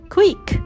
Quick